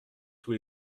tous